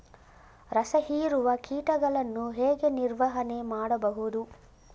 ರಸ ಹೀರುವ ಕೀಟಗಳನ್ನು ಹೇಗೆ ನಿರ್ವಹಣೆ ಮಾಡಬಹುದು?